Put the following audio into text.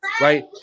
right